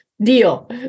Deal